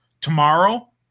tomorrow